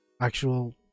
actual